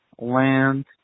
land